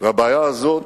והבעיה הזאת